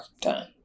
done